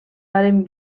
varen